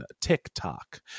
TikTok